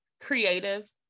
creative